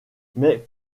mais